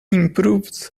improves